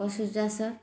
ପଶୁଚାଷ